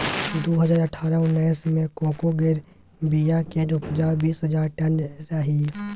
दु हजार अठारह उन्नैस मे कोको केर बीया केर उपजा बीस हजार टन रहइ